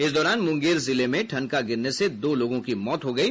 इस दौरान मुंगेर जिले में ठनका गिरने से दो लोगों की मौत हो गयी